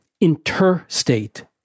interstate